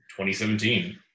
2017